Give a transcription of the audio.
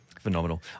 phenomenal